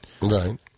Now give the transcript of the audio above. Right